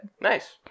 Nice